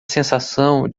sensação